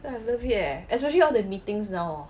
eh I love it eh especially orh the meetings now